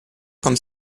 comme